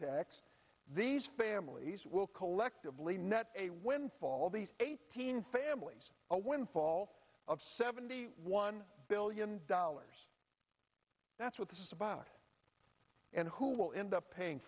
tax these families will collectively net a windfall these eighteen families a windfall of seventy one billion dollars that's what this is about and who will end up paying